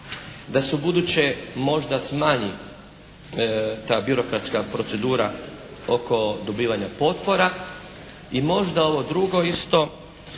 da se ubuduće možda smanji ta birokratska procedura oko dobivanja potpora. I možda ovo drugo isto,